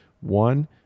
One